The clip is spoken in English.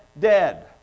dead